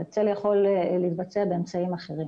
צל יכול להתבצע באמצעים אחרים.